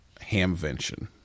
hamvention